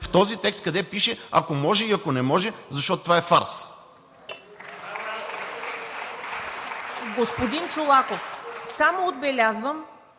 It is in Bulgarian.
в този текст къде пише „ако може“ и „ако не може“, защото това е фарс.